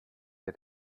der